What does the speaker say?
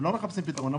הם לא מחפשים פתרונות.